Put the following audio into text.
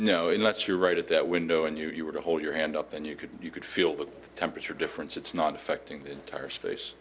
no unless you're right at that window and you were to hold your hand up then you could you could feel the temperature difference it's not affecting the entire space